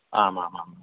आमामाम्